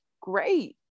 great